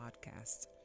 podcast